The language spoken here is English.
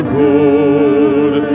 good